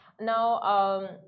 Now